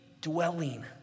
dwelling